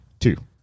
Two